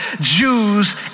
Jews